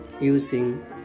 using